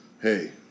Hey